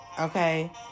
okay